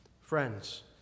Friends